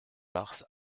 mars